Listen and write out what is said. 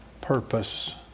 purpose